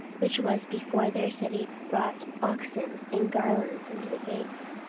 which was before their city, brought oxen and garlands unto the gates,